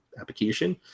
application